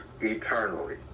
eternally